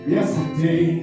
Yesterday